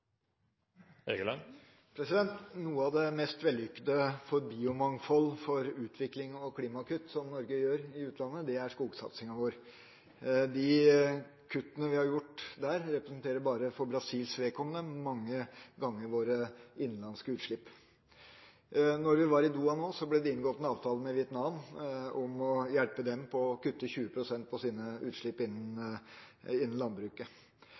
partiene? Noe av det mest vellykkede Norge gjør i utlandet for biomangfold, for utvikling og klimakutt, er skogsatsing. De kuttene vi har gjort der, representerer bare for Brasils vedkommende mange ganger våre innenlandske utslipp. Da vi var i Doha nå, ble det inngått en avtale med Vietnam om å hjelpe dem til å kutte 20 pst. på sine utslipp innen landbruket.